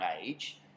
age